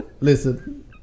listen